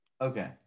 okay